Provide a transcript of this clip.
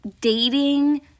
dating